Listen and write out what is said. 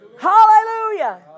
Hallelujah